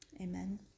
Amen